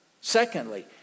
Secondly